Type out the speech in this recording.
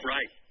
Right